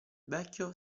vecchio